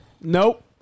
nope